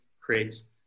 creates